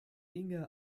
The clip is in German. inge